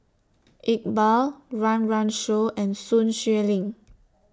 Iqbal Run Run Shaw and Sun Xueling